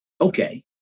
Okay